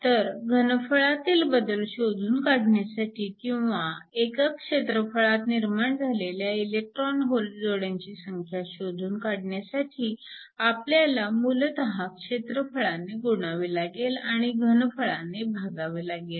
तर घनफळातील बदल शोधून काढण्यासाठी किंवा एकक क्षेत्रफळात निर्माण झालेल्या इलेक्ट्रॉन होल जोड्यांची संख्या शोधून काढण्यासाठी आपल्याला मूलतः क्षेत्रफळाने गुणावे लागेल आणि घनफळाने भागावे लागेल